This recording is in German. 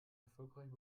erfolgreich